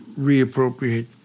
reappropriate